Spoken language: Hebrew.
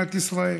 מדינת ישראל.